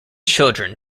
children